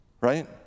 Right